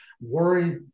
Worry